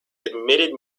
admitted